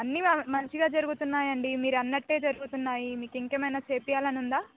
అన్ని మంచిగా జరుగుతున్నాయి అండి మీరు అన్నట్టే జరుగుతున్నాయి మీకు ఇంకేమైనా చేయించాలని ఉందా